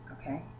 okay